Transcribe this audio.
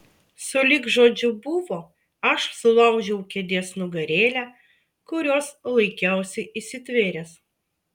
sulig žodžiu buvo aš sulaužiau kėdės nugarėlę kurios laikiausi įsitvėręs